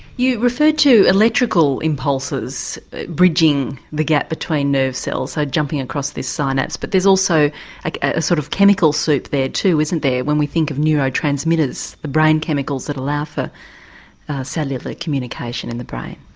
you referred to electrical pulses bridging the gap between nerve cells, so jumping across the synapse, but there's also like a sort of chemical soup there too, isn't there when we think of neuro transmitters, the brain chemicals that allow for cellular communication in the brain?